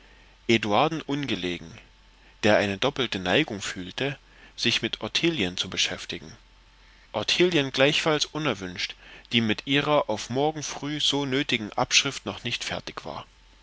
eduarden ungelegen der eine doppelte neigung fühlte sich mit ottilien zu beschäftigen ottilien gleichfalls unerwünscht die mit ihrer auf morgen früh so nötigen abschrift noch nicht fertig war